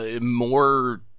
more